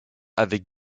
avec